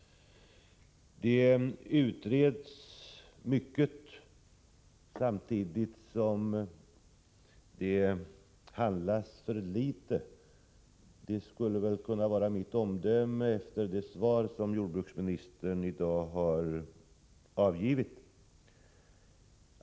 Det utreds mycket samtidigt som det handlas för litet — det skulle kunna vara mitt omdöme efter det svar som jordbruksministern i dag avgivit.